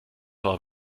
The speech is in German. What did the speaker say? war